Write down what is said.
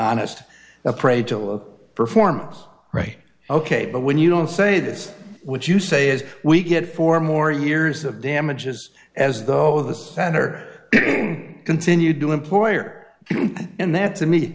honest appraisal of performance right ok but when you don't say this which you say is we get four more years of damages as though those that are continued to employer and that to me